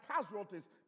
casualties